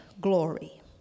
glory